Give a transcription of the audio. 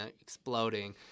exploding